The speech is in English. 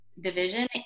Division